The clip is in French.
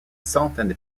centaines